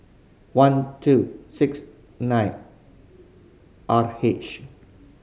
one two six nine R H